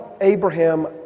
Abraham